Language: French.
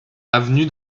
avenue